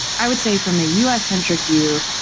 i would say from a us-centric view,